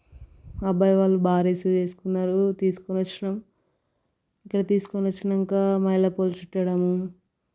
అబ్బాయి వాళ్ళు బాగా రిసీవ్ చేసుకున్నారు తీసుకుని వచ్చినాం ఇక్కడికి తీసుకుని వచ్చినాక మళ్ళా పూలు చుట్టడం